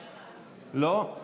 לא.